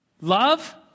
Love